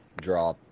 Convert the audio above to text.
draw